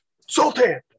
Sultan